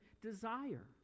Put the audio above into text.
desire